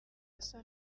asa